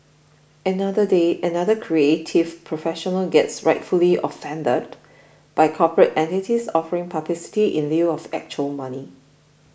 another day another creative professional gets rightfully offended by corporate entities offering publicity in lieu of actual money